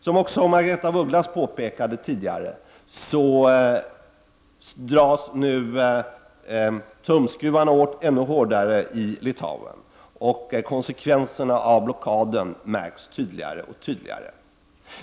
Som också Margaretha af Ugglas påpekade tidigare, dras nu tumskruvarna åt ännu hårdare i Litauen, och konsekvenserna av blockaden märks tydligare och tydligare.